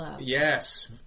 Yes